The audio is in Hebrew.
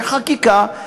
בחקיקה,